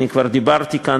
אני כבר דיברתי כאן,